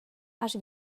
has